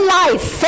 life